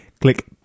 click